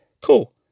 Cool